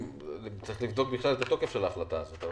צריך לבדוק את הרטרואקטיביות של ההחלטה הזאת.